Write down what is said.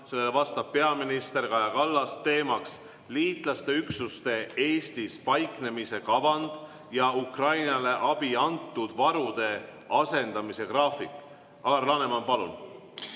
sellele vastab peaminister Kaja Kallas. Teema on liitlaste üksuste Eestis paiknemise kavad ja Ukrainale abina antud varude asendamise graafik. Alar Laneman, palun!